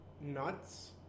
nuts